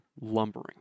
lumbering